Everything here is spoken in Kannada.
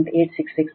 5 j 0